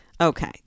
Okay